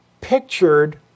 pictured